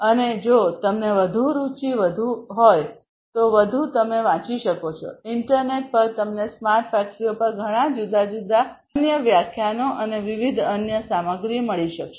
અને જો તમને વધુ રુચિ વધુ તો તમે વાંચી શકો છો ઇન્ટરનેટ પર તમને સ્માર્ટ ફેક્ટરીઓ પર ઘણાં જુદા જુદા અન્ય વ્યાખ્યાનો અને વિવિધ અન્ય સામગ્રી મળી શકશે